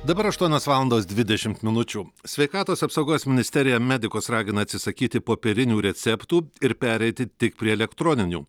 dabar aštuonios valandos dvidešimt minučių sveikatos apsaugos ministerija medikus ragina atsisakyti popierinių receptų ir pereiti tik prie elektroninių